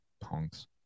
Punks